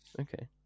okay